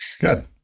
Good